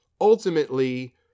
ultimately